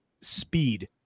speed